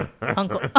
Uncle